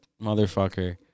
motherfucker